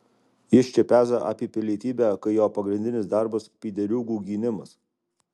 jis čia peza apie pilietybę kai jo pagrindinis darbas pydariūgų gynimas